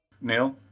Neil